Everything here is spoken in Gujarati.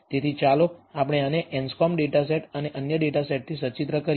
તેથી ચાલો આપણે આને એન્સ્કોમ્બ ડેટા સેટ અને અન્ય ડેટા સેટથી સચિત્ર કરીએ